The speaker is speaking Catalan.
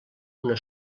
una